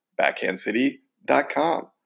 BackhandCity.com